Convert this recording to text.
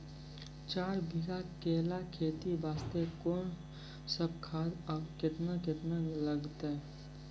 चार बीघा केला खेती वास्ते कोंन सब खाद आरु केतना केतना लगतै?